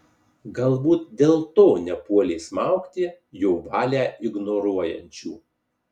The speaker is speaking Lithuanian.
galbūt dėl to nepuolė smaugti jo valią ignoruojančių